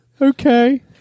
Okay